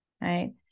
right